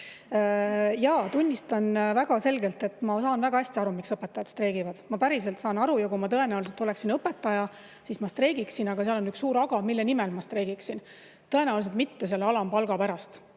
Jaa, tunnistan väga selgelt, et ma saan väga hästi aru, miks õpetajad streigivad. Ma päriselt saan aru ja kui ma oleksin õpetaja, siis ma ka tõenäoliselt streigiksin. Aga seal on üks suur aga: mille nimel ma streigiksin. Tõenäoliselt mitte selle alampalga pärast,